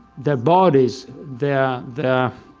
their bodies, their their